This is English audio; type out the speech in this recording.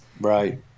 Right